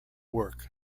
work